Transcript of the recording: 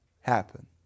happen